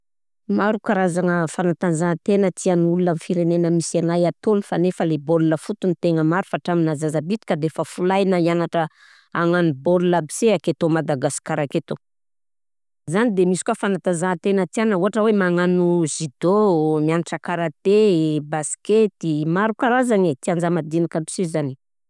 Maro karazagna fagnantanjahantena tian'olona amin'ny firenena misy anahy tô nefa le bôl foty no tegna maro fa hatramina zaza bitika defa folahina hianatra hagnano bôl aby se aketo Madagasikara aketo, zany de koà misy fagnantanjahantena tiagna ôhatra hoe: magnano Judo, mianatra Karaté, Baskety, maro karazagna e, tian-ja madinika aby se zany.